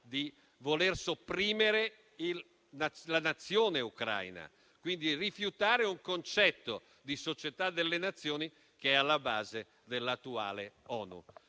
di voler sopprimere la nazione ucraina, quindi di rifiutare un concetto di società delle nazioni, che è alla base dell'attuale